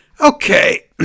Okay